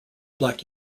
black